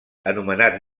anomenat